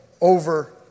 over